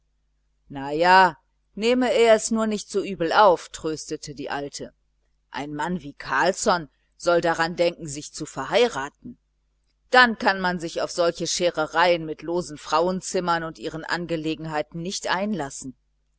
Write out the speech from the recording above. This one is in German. na ja nehme er es nur nicht so übel auf tröstete die alte ein mann wie carlsson soll daran denken sich zu verheiraten dann kann man sich auf solche scherereien mit losen frauenzimmern und ihren angelegenheiten nicht einlassen